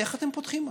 איך אתם פותחים משהו?